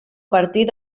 partir